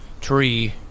tree